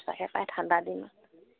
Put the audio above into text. তাকে পাই ঠাণ্ডা দিন